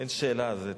אין שאלה על זה.